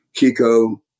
Kiko